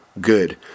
good